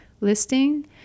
listing